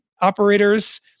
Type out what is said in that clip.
operators